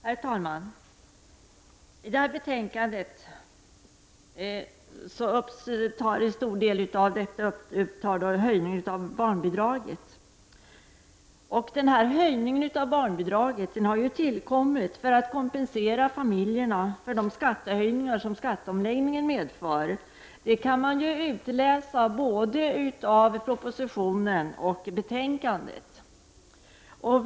Herr talman! Det betänkande som vi nu skall behandla tar till stor del upp höjningen av barnbidraget. Denna höjning har tillkommit för att kompensera familjerna för de skattehöjningar som skatteomläggningen medför. Det kan man utläsa både av propositionen och av betänkandet.